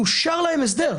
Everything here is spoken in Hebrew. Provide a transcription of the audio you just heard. אושר להן הסדר,